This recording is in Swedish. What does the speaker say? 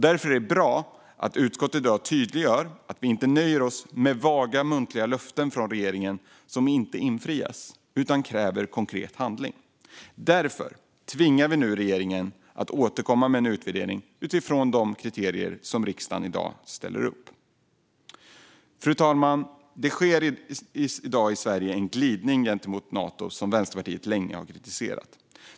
Därför är det bra att utskottet tydliggör att vi inte nöjer oss med vaga muntliga löften från regeringen som inte infrias utan kräver konkret handling. Därför tvingar vi nu regeringen att återkomma med en utvärdering utifrån de kriterier som riksdagen i dag ställer upp. Fru talman! Det sker i dag i Sverige en glidning gentemot Nato som Vänsterpartiet länge har kritiserat.